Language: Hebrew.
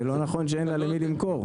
זה לא נכון שאין לה למי למכור.